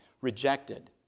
rejected